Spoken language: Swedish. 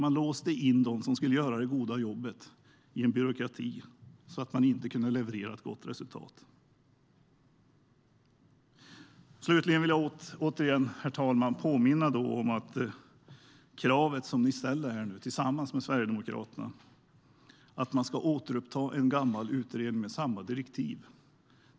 Man låste in dem som skulle göra det goda jobbet i en byråkrati så att de inte kunde leverera ett gott resultat. Slutligen vill jag återigen, herr talman, påminna om det krav som Alliansen nu tillsammans med Sverigedemokraterna ställer på att man ska återuppta en gammal utredning med samma direktiv.